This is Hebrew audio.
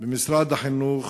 במשרד החינוך